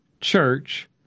church